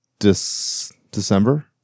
December